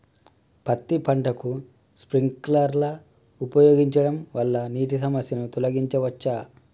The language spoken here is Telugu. పత్తి పంటకు స్ప్రింక్లర్లు ఉపయోగించడం వల్ల నీటి సమస్యను తొలగించవచ్చా?